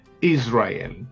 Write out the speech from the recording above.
Israel